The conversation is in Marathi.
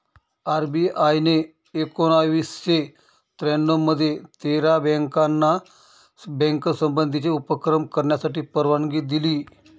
आर.बी.आय ने एकोणावीसशे त्र्यानऊ मध्ये तेरा बँकाना बँक संबंधीचे उपक्रम करण्यासाठी परवानगी दिली